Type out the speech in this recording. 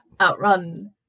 outrun